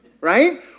Right